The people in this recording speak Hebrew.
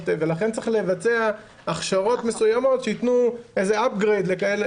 ולכן צריך לבצע הכשרות מסוימות שייתנו אפ גרייד לכאלה.